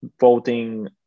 voting